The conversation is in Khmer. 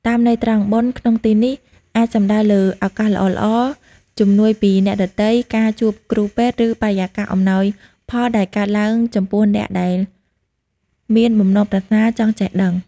តាមន័យត្រង់ "បុណ្យ" ក្នុងទីនេះ អាចសំដៅលើឱកាសល្អៗ ជំនួយពីអ្នកដទៃ ការជួបគ្រូល្អ ឬបរិយាកាសអំណោយផលដែលកើតឡើងចំពោះអ្នកដែលមានបំណងប្រាថ្នាចង់ចេះដឹង។